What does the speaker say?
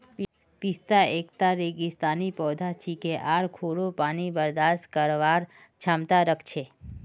पिस्ता एकता रेगिस्तानी पौधा छिके आर खोरो पानी बर्दाश्त करवार क्षमता राख छे